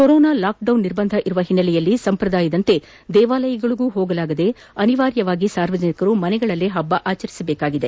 corona lockdown ನಿರ್ಬಂಧವಿರುವ ಓನ್ನೆಲೆಯಲ್ಲಿ ಸಂಪ್ರದಾಯದಂತೆ ದೇವಾಲಯಗಳಿಗೂ ಹೋಗಲಾಗದೆ ಅನಿವಾರ್ಯವಾಗಿ ಸಾರ್ವಜನಿಕರು ಮನೆಗಳಲ್ಲೇ ಹಬ್ಬ ಆಚರಿಸಬೇಕಾಗಿದೆ